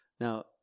now